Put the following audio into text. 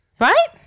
Right